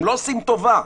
הם לא עושים טובה.